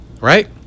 right